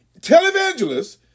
televangelists